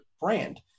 brand